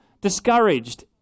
discouraged